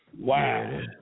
Wow